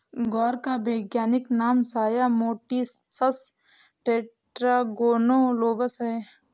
ग्वार का वैज्ञानिक नाम साया मोटिसस टेट्रागोनोलोबस है